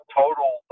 total